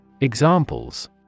Examples